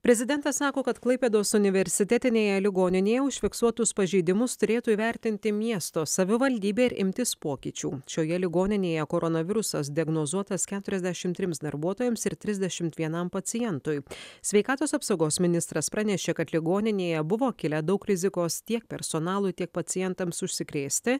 prezidentas sako kad klaipėdos universitetinėje ligoninėje užfiksuotus pažeidimus turėtų įvertinti miesto savivaldybė imtis pokyčių šioje ligoninėje koronavirusas diagnozuotas keturiasdešim trims darbuotojams ir trisdešimt vienam pacientui sveikatos apsaugos ministras pranešė kad ligoninėje buvo kilę daug rizikos tiek personalui tiek pacientams užsikrėsti